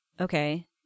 Okay